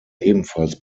ebenfalls